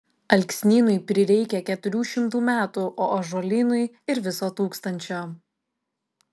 alksnynui prireikia keturių šimtų metų o ąžuolynui ir viso tūkstančio